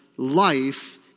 life